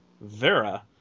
Vera